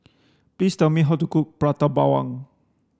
please tell me how to cook Prata Bawang